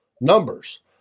numbers